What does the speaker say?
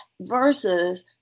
versus